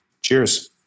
Cheers